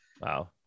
Wow